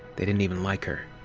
they didn't even like her.